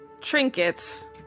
trinkets